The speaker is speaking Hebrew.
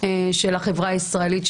של החברה הישראלית שמתגייסת.